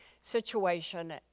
situation